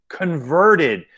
converted